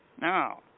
Now